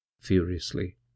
furiously